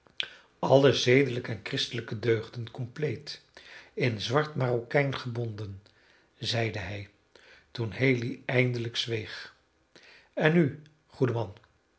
alle zedelijke en christelijke deugden compleet in zwart marokijn gebonden zeide hij toen haley eindelijk zweeg en nu